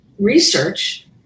research